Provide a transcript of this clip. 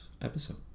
episode